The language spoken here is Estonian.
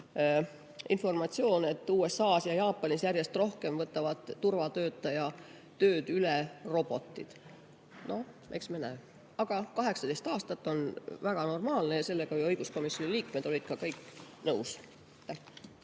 informatsioon: USA-s ja Jaapanis järjest rohkem võtavad turvatöötaja tööd üle robotid. Noh, eks me näe. Aga 18 aastat on väga normaalne ja sellega olid õiguskomisjoni liikmed kõik nõus. Aitäh,